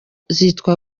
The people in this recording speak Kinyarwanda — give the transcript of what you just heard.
zitwa